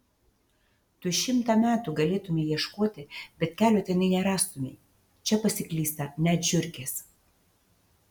tu šimtą metų galėtumei ieškoti bet kelio tenai nerastumei čia pasiklysta net žiurkės